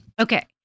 Okay